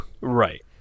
right